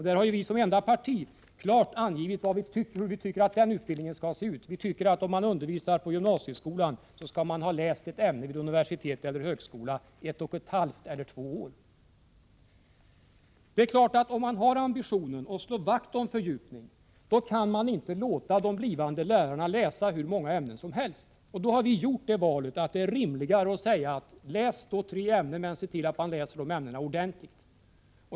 Vi har som enda parti klart angivit hur vi tycker att gymnasielärarutbildningen skall se ut. Om man undervisar på gymnasieskolan, anser vi att man skall ha läst varje ämne vid universitet eller högskola ett och ett halvt eller två år. Om man har ambitionen att slå vakt om fördjupning, är det klart att man inte kan låta de blivande lärarna läsa hur många ämnen som helst. Vi har gjort det valet att det då är rimligare att läsa tre ämnen men att se till att dessa läses ordentligt.